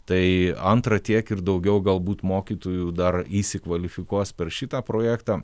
tai antra tiek ir daugiau galbūt mokytojų dar įsikvalifikuos per šitą projektą